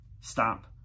Stop